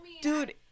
Dude